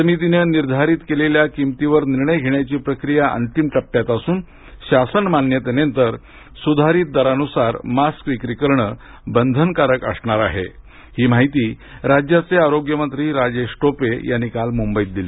समितीने निर्धारित केलेल्या किंमतीवर निर्णय घेण्याची प्रक्रिया अंतिम टप्प्यात असून शासन मान्यतेनंतर सुधारीत दरानुसार मास्क विक्री करणे बंधनकारक असणार आहे अशी माहिती राज्याचे आरोग्यमंत्री राजेश टोपे यांनी काल मुंबईत दिली